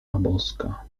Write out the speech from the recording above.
boska